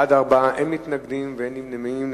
בעד, 4, אין מתנגדים ואין נמנעים.